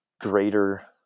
greater